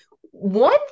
One